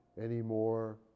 anymore